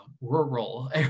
rural